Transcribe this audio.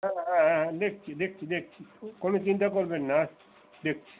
হ্যাঁ হ্যাঁ হ্যাঁ হ্যাঁ দেখছি দেখছি দেখছি কোনো চিন্তা করবেন না আচ্ছা দেখছি